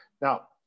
Now